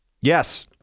Yes